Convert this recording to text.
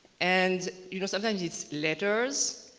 and you know sometimes it's letters,